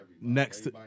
next